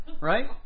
right